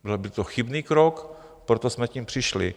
Byl by to chybný krok, proto jsme s tím přišli.